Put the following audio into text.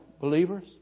believers